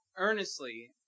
Earnestly